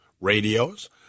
radios